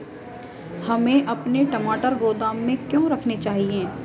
हमें अपने टमाटर गोदाम में क्यों रखने चाहिए?